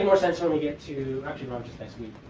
more sense when we get to actually, um just next week.